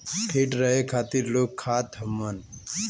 feet रहे खातिर लोग खात हउअन